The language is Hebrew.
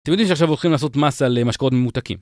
אתם יודעים שעכשיו הולכים לעשות מס על משקאות ממותקים